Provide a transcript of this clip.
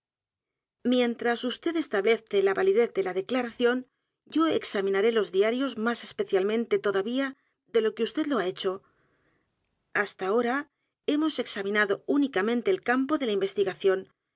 la valiedgar poe novelas y cuentos dez de la declaración yo examinaré los diarios más especialmente todavía de lo que vd lo h a hecho hasta ahora hemos examinado únicamente el campo de la investigación